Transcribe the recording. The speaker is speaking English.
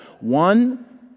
one